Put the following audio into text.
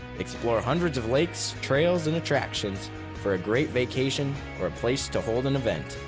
explore hundreds of lakes, trails and attractions for a great vacation or a place to hold an event.